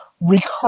recur